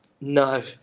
No